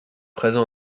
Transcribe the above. présent